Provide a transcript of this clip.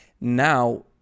now